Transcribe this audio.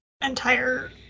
entire